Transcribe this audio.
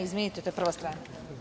Izvinite, to je prva strana.